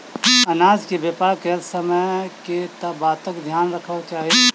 अनाज केँ व्यापार करैत समय केँ बातक ध्यान रखबाक चाहि?